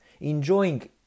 enjoying